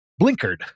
blinkered